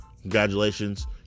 congratulations